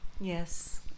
Yes